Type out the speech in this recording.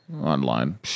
online